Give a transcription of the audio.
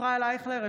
ישראל אייכלר,